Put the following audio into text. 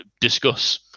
discuss